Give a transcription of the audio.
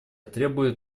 требует